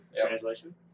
Translation